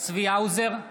צבי האוזר,